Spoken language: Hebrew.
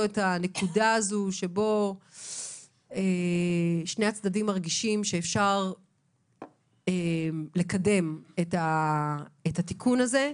את הנקודה שבה שני הצדדים מרגישים שאפשר לקדם את התיקון הזה.